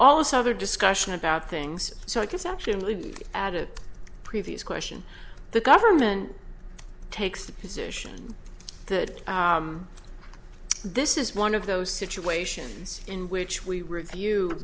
also other discussion about things so i can actually add a previous question the government takes the position that this is one of those situations in which we review